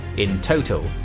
in total,